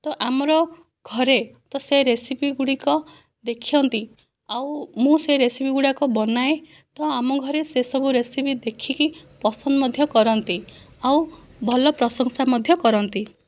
ତ ଆମର ଘରେ ତ ସେ ରେସିପି ଗୁଡ଼ିକ ଦେଖନ୍ତି ଆଉ ମୁଁ ସେ ରେସିପି ଗୁଡ଼ାକ ବନାଏ ତ ଆମ ଘରେ ସେ ସବୁ ରେସିପି ଦେଖିକି ପସନ୍ଦ ମଧ୍ୟ କରନ୍ତି ଆଉ ଭଲ ପ୍ରଶଂସା ମଧ୍ୟ କରନ୍ତି